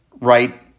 right